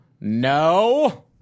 No